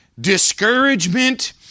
discouragement